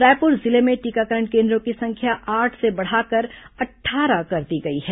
रायपुर जिले में टीकाकरण केन्द्रों की संख्या आठ से बढ़ाकर अट्ठारह कर दी गई है